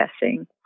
guessing